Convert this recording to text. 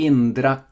Indra